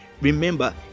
Remember